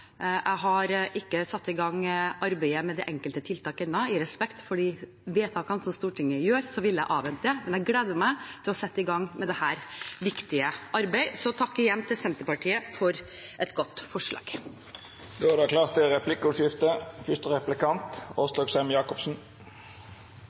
Jeg har ikke satt i gang arbeidet med de enkelte tiltakene ennå. I respekt for de vedtakene som Stortinget fatter, vil jeg avvente, men jeg gleder meg til å sette i gang med dette viktige arbeidet. – Så takk igjen til Senterpartiet for et godt forslag. Det vert replikkordskifte.